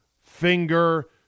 finger